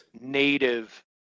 native